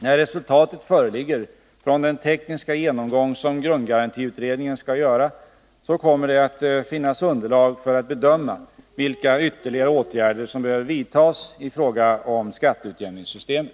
När resultatet föreligger från den tekniska genomgång som grundgarantiutredningen skall göra kommer det att finnas underlag för att bedöma vilka ytterligare åtgärder som behöver vidtas i fråga om skatteutjämningssystemet.